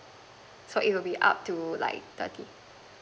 so it will be up to like thirty